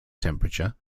temperature